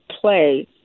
play